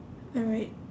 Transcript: alright